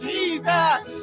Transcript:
Jesus